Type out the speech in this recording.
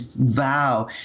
vow